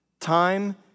Time